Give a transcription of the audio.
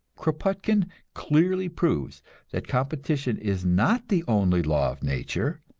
kropotkin clearly proves that competition is not the only law of nature,